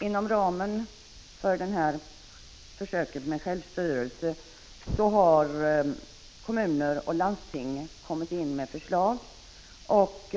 Inom ramen för försöken med självstyrelse har kommuner och landsting inkommit med förslag.